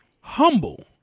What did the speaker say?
Humble